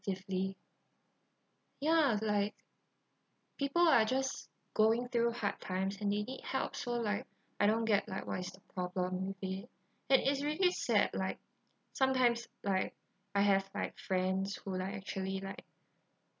ya like people are just going through hard times and they need help so like I don't get like what is the problem would be it is really sad like sometimes like I have like friends who like actually like